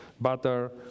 butter